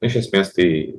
na iš esmės tai